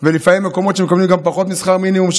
ולפעמים מקומות שמקבלים גם פחות משכר מינימום,